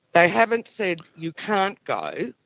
they haven't said you can't go,